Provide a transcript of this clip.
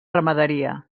ramaderia